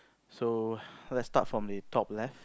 so let start from the top left